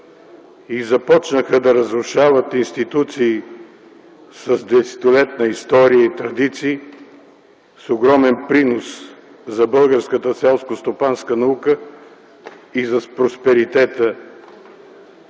и започнаха да разрушават институции с десетилетна история и традиции, с огромен принос за българската селскостопанска наука и за просперитета